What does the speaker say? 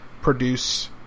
produce